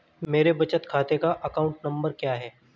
मेरे बचत खाते का अकाउंट नंबर क्या है?